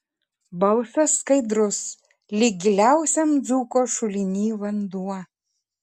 balsas skaidrus lyg giliausiam dzūko šuliny vanduo